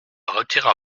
retira